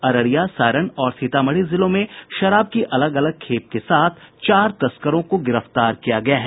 अररिया सारण और सीतामढ़ी जिलों में शराब की अलग अलग खेप के साथ चार तस्करों को गिरफ्तार किया गया है